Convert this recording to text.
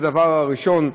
זה הדבר הראשון,